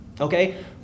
Okay